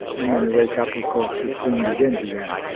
and when you wake up of course the scene begins again.